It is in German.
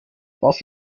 was